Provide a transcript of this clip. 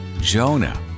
Jonah